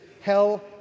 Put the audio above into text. Hell